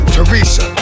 Teresa